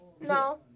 No